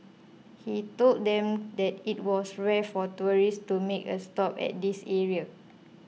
he told them that it was rare for tourists to make a stop at this area